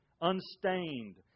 unstained